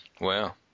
Wow